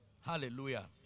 Hallelujah